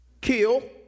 kill